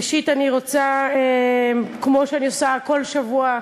ראשית, אני רוצה, כמו שאני עושה כל שבוע,